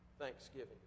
thanksgiving